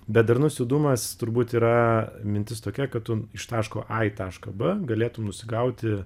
bet darnus judumas turbūt yra mintis tokia kad iš taško a į tašką b galėtum nusigauti